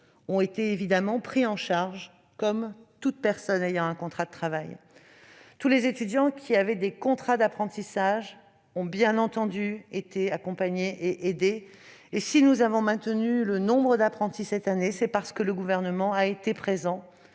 ont évidemment été pris en charge, comme tout titulaire d'un contrat de travail. Tous ceux qui avaient des contrats d'apprentissage ont évidemment été accompagnés et aidés : si nous avons maintenu le nombre d'apprentis cette année, c'est parce que le Gouvernement a été présent